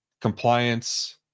compliance